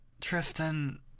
Tristan